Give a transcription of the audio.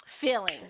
feeling